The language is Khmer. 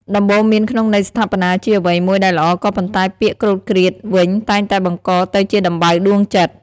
ដំបូន្មានក្នុងន័យស្ថាបនាជាអ្វីមួយដែលល្អ ក៏ប៉ុន្តែពាក្យគ្រោតគ្រាតវិញតែងតែបង្កទៅជាដំបៅដួងចិត្ត។